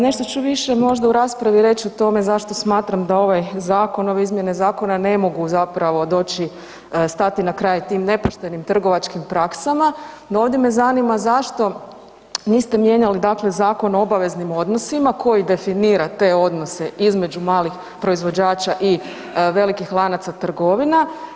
Nešto ću više možda u raspravi reći o tome zašto smatram da ovaj zakon, ove izmjene zakona ne mogu zapravo doći, stati na kraj tim nepoštenim trgovačkim praksama, no ovdje me zanima zašto niste mijenjali dakle Zakon o obveznim odnosima koji definira te odnose između malih proizvođača i velikih lanaca trgovina.